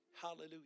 Hallelujah